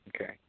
Okay